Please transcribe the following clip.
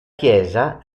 chiesa